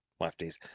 lefties